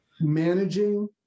Managing